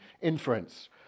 inference